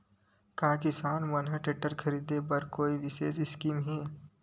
का किसान मन के टेक्टर ख़रीदे बर कोई विशेष स्कीम हे?